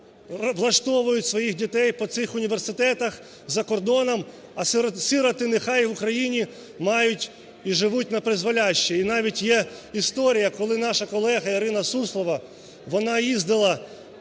влаштовують своїх дітей по цих університетах, за кордоном. А сироти нехай в Україні мають, і живуть напризволяще. І навіть є історія, коли наша колега, Ірина Суслова вона